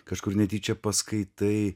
kažkur netyčia paskaitai